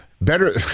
better